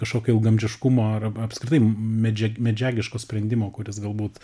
kažkokio ilgaamžiškumo arba apskritai medžiag medžiagiško sprendimo kuris galbūt